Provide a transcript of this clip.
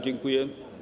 Dziękuję.